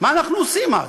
מה אנחנו עושים אז?